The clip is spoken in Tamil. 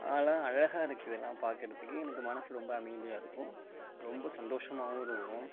ஆனால் அழகாக இருக்கு இதெல்லாம் பார்க்குறத்துக்கு எனக்கு மனசு ரொம்ப அமைதியாக இருக்கும் ரொம்ப சந்தோஷமாகவும் இருக்கும்